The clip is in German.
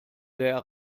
der